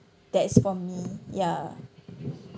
that's for me ya